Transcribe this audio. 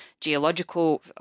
geological